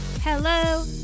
Hello